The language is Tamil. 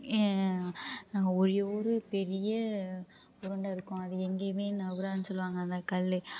ஒரே ஒரு பெரிய உருண்டை இருக்கும் அது எங்கேயுமே நகராதுன்னு சொல்வாங்க அந்தக் கல்